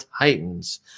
titans